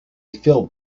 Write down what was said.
filled